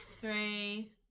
Three